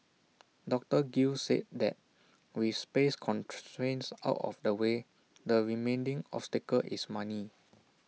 doctor gill said that with space constraints out of the way the remaining obstacle is money